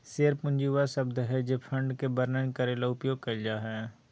share पूंजी वह शब्द हइ जे फंड के वर्णन करे ले उपयोग कइल जा हइ